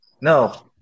No